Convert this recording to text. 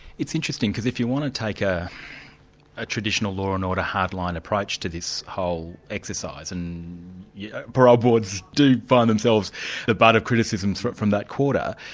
it's interesting, because if you want to take a ah traditional law and order hardline approach to this whole exercise, and yeah parole boards do find themselves the butt of criticism from that quarter,